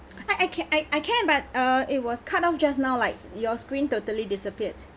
ah I can I I can but uh it was cut off just now like your screen totally disappeared